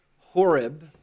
Horeb